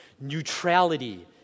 Neutrality